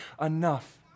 enough